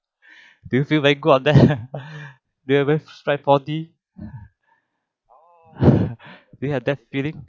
do you feel very good on that do you ever strike four D you have that feeling